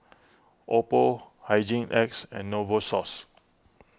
Oppo Hygin X and Novosource